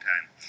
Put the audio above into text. time